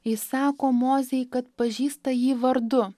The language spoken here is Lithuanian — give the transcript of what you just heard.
jis sako mozei kad pažįsta jį vardu